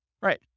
Right